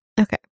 Okay